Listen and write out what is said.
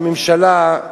הממשלה,